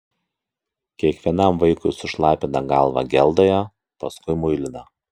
kiekvienam vaikui sušlapina galvą geldoje paskui muilina